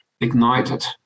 ignited